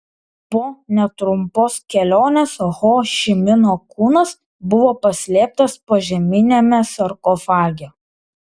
po netrumpos kelionės ho ši mino kūnas buvo paslėptas požeminiame sarkofage